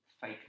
fake